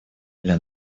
для